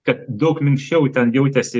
kad daug minkščiau ten jautėsi